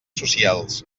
socials